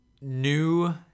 new